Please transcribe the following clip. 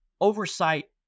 oversight